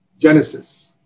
Genesis